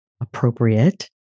appropriate